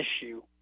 issue